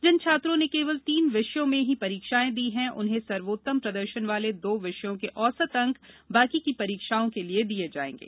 जिन छात्रों ने केवल तीन विषयों में की परीक्षाएं दी हैं उन्हें सर्वोत्तम प्रदर्शन वाले दो विषयों के औसत अंक बाकी की परीक्षाओं के लिए दिए जाएंगे